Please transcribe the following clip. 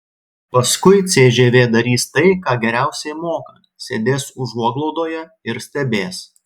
paskui cžv darys tai ką geriausiai moka sėdės užuoglaudoje ir stebės